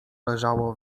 leżało